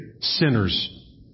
sinners